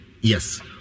Yes